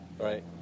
right